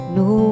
no